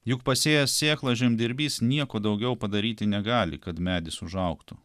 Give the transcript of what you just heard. juk pasėjęs sėklą žemdirbys nieko daugiau padaryti negali kad medis užaugtų